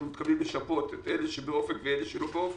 אנחנו מתכוונים לשפות את אלה שבאופק ואלה שלא באופק.